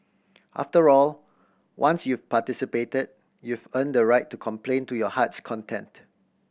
after all once you've participated you've earned the right to complain to your heart's content